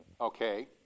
Okay